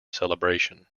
celebration